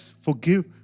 forgive